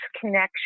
connection